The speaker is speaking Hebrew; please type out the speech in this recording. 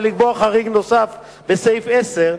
ולקבוע חריג נוסף בסעיף 10,